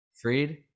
Freed